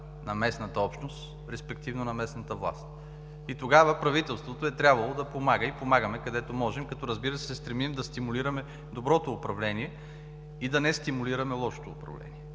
на местната общност, респективно на местната власт. Тогава правителството е трябвало да помага и помагаме, където можем, като, разбира се, се стремим да стимулираме доброто управление и да не стимулираме лошото управление.